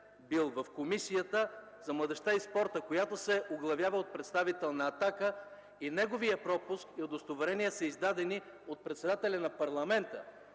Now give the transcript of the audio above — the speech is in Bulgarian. в Комисията за младежта и спорта, която се оглавява от представител на „Атака” и неговия пропуск и удостоверение са издадени от председателя на парламента,